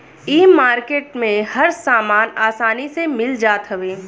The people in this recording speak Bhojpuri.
इ मार्किट में हर सामान आसानी से मिल जात हवे